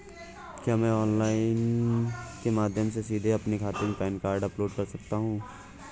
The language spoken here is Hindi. क्या मैं ऑनलाइन के माध्यम से सीधे अपने खाते में पैन कार्ड अपलोड कर सकता हूँ?